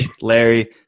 Larry